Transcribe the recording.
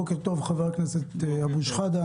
בוקר טוב, חבר הכנסת אבו שחאדה.